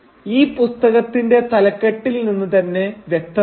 ഇത് പുസ്തകത്തിന്റെ തലക്കെട്ടിൽ നിന്ന് തന്നെ വ്യക്തമാണ്